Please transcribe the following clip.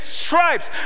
stripes